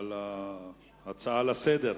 על ההצעה לסדר-היום.